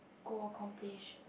go accomplish